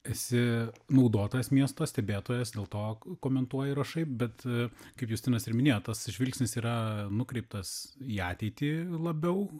esi naudotojas miesto stebėtojas dėl to komentuoji rašai bet kaip justinas ir minėjo tas žvilgsnis yra nukreiptas į ateitį labiau